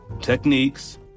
techniques